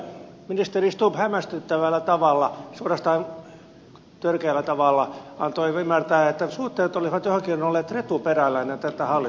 ministeri stubb hämmästyttävällä tavalla suorastaan törkeällä tavalla antoi ymmärtää että suhteet olivat jotenkin olleet retuperällä ennen tätä hallitusta